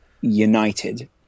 United